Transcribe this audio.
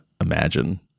imagine